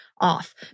Off